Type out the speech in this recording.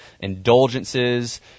indulgences